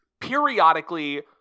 periodically